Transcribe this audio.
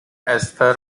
esther